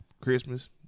Christmas